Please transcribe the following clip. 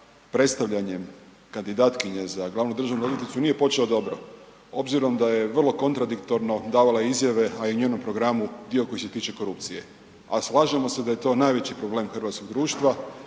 predstavljanjem kandidatkinje za glavnu državnu odvjetnicu nije počeo dobro obzirom da je vrlo kontradiktorno davala izjava, a i u njenom programu, dio koji se tiče korupcije. A slažemo se da je to najveći problem hrvatskog društva,